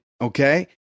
okay